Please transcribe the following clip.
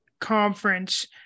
conference